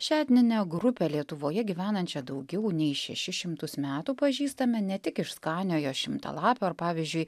šią etninę grupę lietuvoje gyvenančią daugiau nei šešis šimtus metų pažįstame ne tik iš skaniojo šimtalapio ar pavyzdžiui